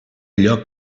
allò